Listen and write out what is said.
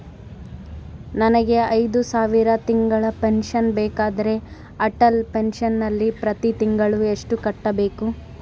ನನಗೆ ಐದು ಸಾವಿರ ತಿಂಗಳ ಪೆನ್ಶನ್ ಬೇಕಾದರೆ ಅಟಲ್ ಪೆನ್ಶನ್ ನಲ್ಲಿ ಪ್ರತಿ ತಿಂಗಳು ಎಷ್ಟು ಕಟ್ಟಬೇಕು?